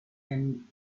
and